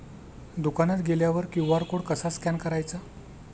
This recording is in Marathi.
दुकानात गेल्यावर क्यू.आर कोड कसा स्कॅन करायचा?